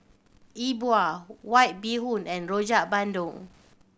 E Bua White Bee Hoon and Rojak Bandung